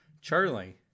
Charlie